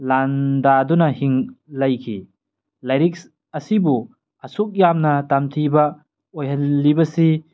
ꯂꯥꯟꯗꯥꯗꯨꯅ ꯂꯩꯈꯤ ꯂꯥꯏꯔꯤꯛ ꯑꯁꯤꯕꯨ ꯑꯁꯨꯛ ꯌꯥꯝꯅ ꯊꯝꯊꯤꯕ ꯑꯣꯏꯍꯜꯂꯤꯕꯁꯤ